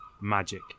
magic